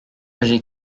âgée